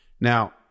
Now